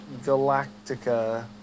Galactica